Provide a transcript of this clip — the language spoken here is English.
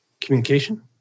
communication